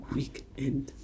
Weekend